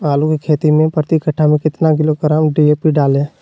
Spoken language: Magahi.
आलू की खेती मे प्रति कट्ठा में कितना किलोग्राम डी.ए.पी डाले?